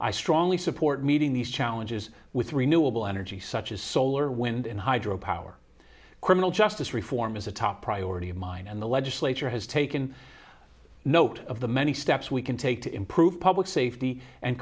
i strongly support meeting these challenges with renewable energy such as solar wind and hydropower criminal justice reform is a top priority of mine and the legislature has taken note of the many steps we can take to improve public safety and